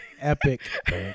Epic